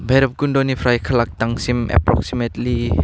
भैरबकुन्ड'निफ्राय कालाकटांसिम एप्रक्सिमेटलि